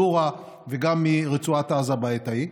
מדורא וגם מרצועת עזה בעת ההיא,